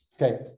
okay